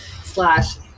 slash